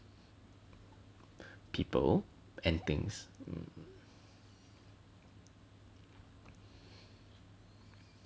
people and things mm